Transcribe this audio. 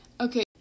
Okay